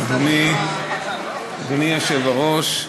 אדוני היושב-ראש,